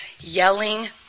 Yelling